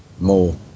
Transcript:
more